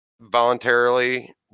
voluntarily